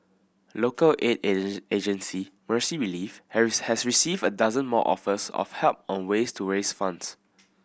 local aid agency Mercy Relief has received a dozen more offers of help on ways to raise funds